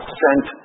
sent